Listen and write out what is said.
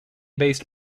based